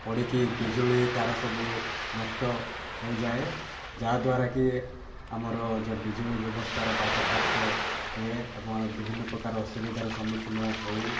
ପଡ଼ିକି ବିଜୁଳି ତା'ର ସବୁ ନଷ୍ଟ ହୋଇଯାଏ ଯାହାଦ୍ୱାରାକି ଆମର ଯେଉଁ ବିଜୁଳି ବ୍ୟବସ୍ଥାରେ ବାଧାପ୍ରାପ୍ତ ହୁଏ ଏବଂ ବିଭିନ୍ନ ପ୍ରକାର ଅସୁବିଧାର ସମ୍ମୁଖୀନ ହେଉ